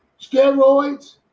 steroids